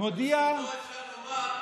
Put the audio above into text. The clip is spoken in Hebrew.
על זה אפשר לומר: